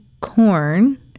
corn